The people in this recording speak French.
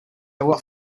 avoir